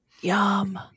Yum